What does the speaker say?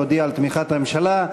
שהודיעה על תמיכת הממשלה.